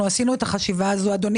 אנחנו עשינו את החשיבה הזאת, אדוני.